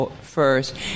first